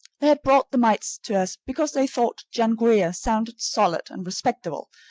they had brought the mites to us because they thought john grier sounded solid and respectable,